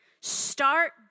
Start